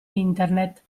internet